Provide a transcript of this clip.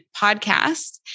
Podcast